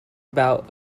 about